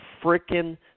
freaking